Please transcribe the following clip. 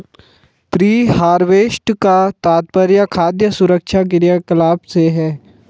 pre harvest का तात्पर्य खाद्य सुरक्षा क्रियाकलाप से है